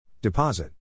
Deposit